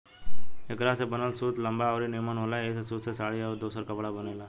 एकरा से बनल सूत लंबा अउरी निमन होला ऐही सूत से साड़ी अउरी दोसर कपड़ा बनेला